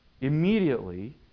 Immediately